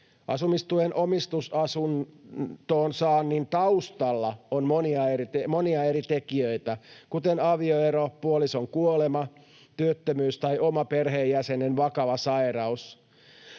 Asumistuen omistusasuntoon saannin taustalla on monia eri tekijöitä, kuten avioero, puolison kuolema, työttömyys tai oma tai perheenjäsenen vakava sairaus.